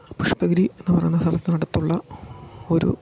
പുഷ്പഗിരി എന്നു പറയുന്ന സ്ഥലത്തിന് അടുത്തുള്ള ഒരു